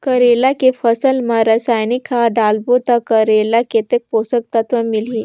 करेला के फसल मा रसायनिक खाद डालबो ता करेला कतेक पोषक तत्व मिलही?